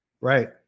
right